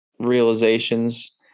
Realizations